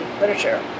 literature